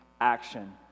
Action